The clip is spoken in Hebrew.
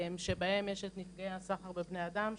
שבהם יש את נפגעי הסחר בבני אדם,